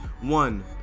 one